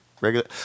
regular